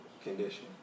condition